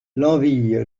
l’envie